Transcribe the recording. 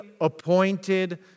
appointed